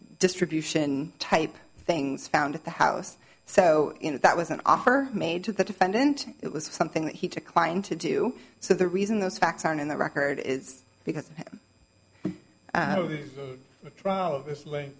distribution type things found at the house so that was an offer made to the defendant it was something that he declined to do so the reason those facts aren't in the record is because of this trial this way